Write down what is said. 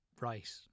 right